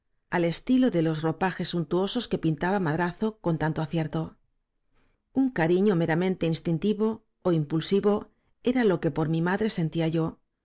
al estilo de los ropajes suntuosos que pintaba madraza con tanto acierto un cariño meramente instintivo ó impulsivo era lo que por mi madre sentía y